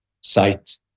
sight